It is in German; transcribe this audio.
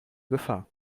gefahr